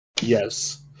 Yes